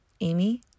Amy